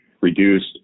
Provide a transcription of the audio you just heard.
reduced